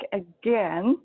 again